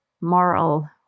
moral